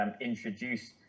introduce